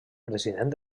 president